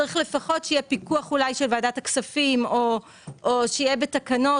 צריך לפחות שאולי יהיה פיקוח של ועדת הכספים או שיהיה בתקנות,